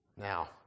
Now